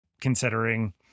considering